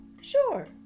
Sure